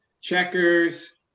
checkers